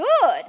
good